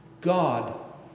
God